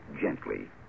gently